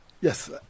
Yes